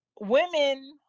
women